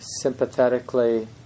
sympathetically